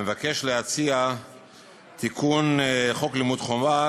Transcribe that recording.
מבקש להציע תיקון בחוק לימוד חובה